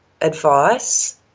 advice